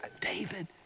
David